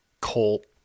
colt